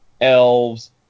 elves